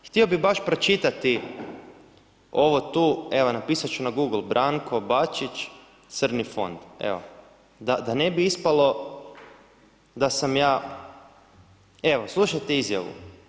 I htio bi baš pročitati, ovo tu, evo napisati ću na Google, Branko Bačić, crni fond, evo, da ne bi ispalo, da sam ja, evo slušajte izjavu.